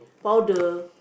powder